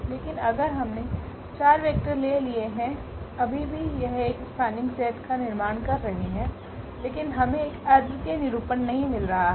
लेकिन अगर हमने 4 वेक्टर ले लिये है अभी भी यह एक स्पान्निंग सेट का निर्माण कर रहे हैं लेकिन हमें एक अद्वितीय निरूपण नहीं मिल रहा है